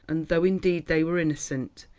and though, indeed, they were innocent,